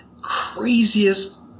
craziest